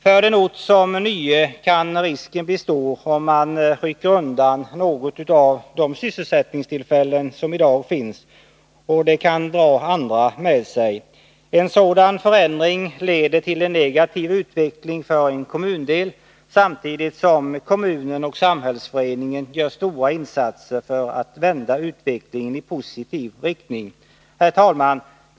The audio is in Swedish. För en ort som Nye kan risken bli stor, om man rycker undan något av de sysselsättningstillfällen som i dag finns, att detta kan dra andra med sig. En sådan förändring leder till en negativ utveckling för en kommundel samtidigt som kommunen och lokala föreningar gör stora insatser för att vända utvecklingen i positiv riktning. Herr talman!